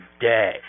day